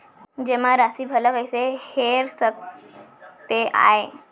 जेमा राशि भला कइसे हेर सकते आय?